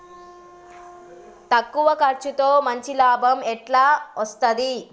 తక్కువ కర్సుతో మంచి లాభం ఎట్ల అస్తది?